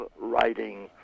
writing